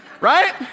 right